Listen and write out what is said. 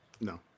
No